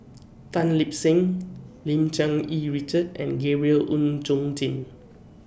Tan Lip Seng Lim Cherng Yih Richard and Gabriel Oon Chong Jin